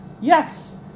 Yes